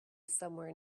somewhere